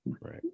Right